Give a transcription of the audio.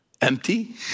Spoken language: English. Empty